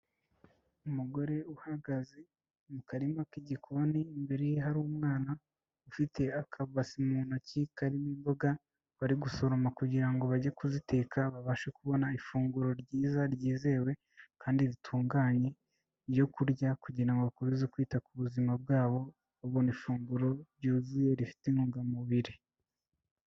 Umugore uhagaze mu karima k'igikoni imbere ye hari umwana ufite akabasi mu ntoki karimo imboga bari gusoroma kugira ngo bajye kuziteka babashe kubona ifunguro ryiza ryizewe kandi ritunganye, ibyo kurya kugira ngo bakomeze kwita ku buzima bwabo babona ifunguro ryuzuye rifite intungamubiri.